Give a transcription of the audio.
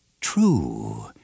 true